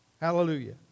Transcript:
Hallelujah